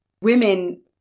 women